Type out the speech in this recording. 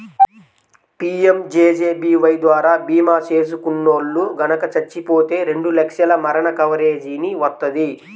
PMJJBY ద్వారా భీమా చేసుకున్నోల్లు గనక చచ్చిపోతే రెండు లక్షల మరణ కవరేజీని వత్తది